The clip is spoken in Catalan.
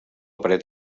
paret